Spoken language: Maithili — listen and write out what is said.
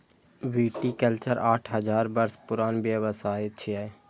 विटीकल्चर आठ हजार वर्ष पुरान व्यवसाय छियै